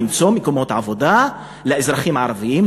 למצוא מקומות עבודה לאזרחים הערבים,